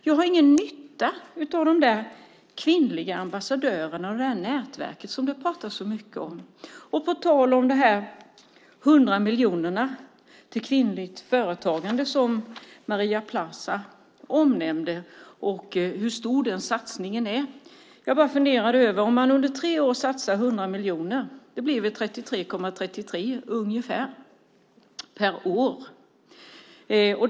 Jag har ingen nytta av de där kvinnliga ambassadörerna och nätverket som det pratas så mycket om. Och på tal om de 100 miljonerna till kvinnligt företagande, som Maria Plass omnämnde, funderar jag: Om man satsar 100 miljoner under tre år blir det väl ungefär 33,33 miljoner per år.